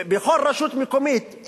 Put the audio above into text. בכל רשות מקומית.